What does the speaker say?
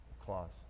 Clause